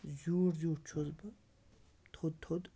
زیوٗٹھ زیوٗٹھ چھُس بہٕ تھوٚد تھوٚد